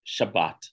Shabbat